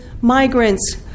migrants